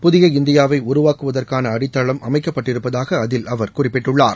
புதிய இந்தியாவை உருவாக்குவதற்கான அடித்தளம் அமைக்கப்பட்டிருப்பதாக அதில் அவர் குறிப்பிட்டுள்ளார்